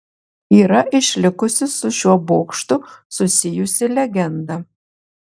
yra išlikusi su šiuo bokštu susijusi legenda